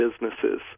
businesses